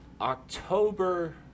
October